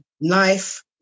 knife